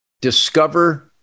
discover